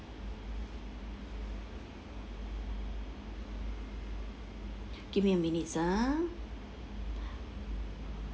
give me a minute ah